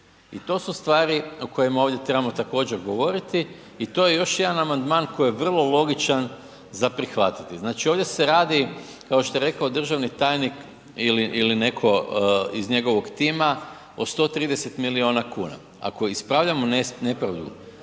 I to su stvari o kojima ovdje trebamo također, govoriti i to je još jedan amandman koji je vrlo logičan za prihvatiti. Znači ovdje se radi kao što je rekao državni tajnik ili netko iz njegovog tima o 130 milijuna kuna. Ako ispravljamo nepravdu